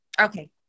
Okay